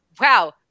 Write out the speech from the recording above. wow